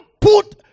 put